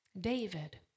David